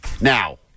now